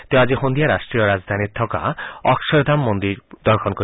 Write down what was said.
তেওঁ আজি সন্ধিয়া ৰাট্টীয় ৰাজধানীত থকা অক্ষৰধাম মন্দিৰ দৰ্শন কৰিব